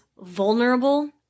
Vulnerable